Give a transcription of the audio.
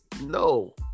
no